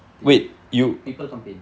dey people come paint